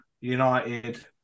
United